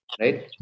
right